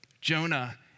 Jonah